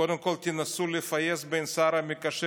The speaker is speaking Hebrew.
קודם כול תנסו לפייס בין השר המקשר